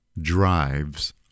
drives